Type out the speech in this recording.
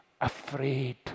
afraid